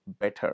better